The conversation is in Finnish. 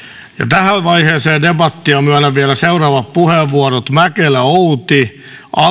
tähän vaiheeseen debattia myönnän vielä seuraavat puheenvuorot mäkelä outi